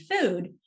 food